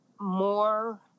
more